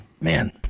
man